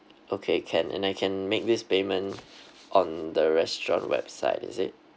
okay can and I can make this payment on the restaurant website is it